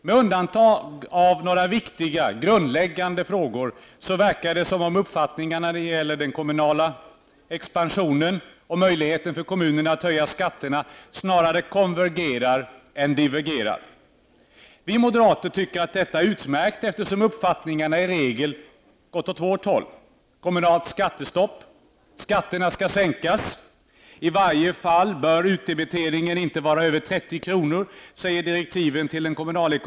Med undantag av några viktiga grundläggande frågor verkar det som om uppfattningarna när det gäller den kommunala expansionen och möjligheterna för kommunerna att höja skatterna snarare konvergerar än divergerar. Vi moderater tycker att det är utmärkt, eftersom uppfattningarna i regel har gått åt vårt håll. Det gäller kommunalt skattestopp, att skatterna skall sänkas och att direktiven till den kommunalekonomiska kommittén säger att utdebitteringen i varje fall inte bör vara över 30 kr.